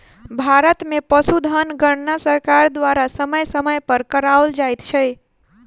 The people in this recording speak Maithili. भारत मे पशुधन गणना सरकार द्वारा समय समय पर कराओल जाइत छै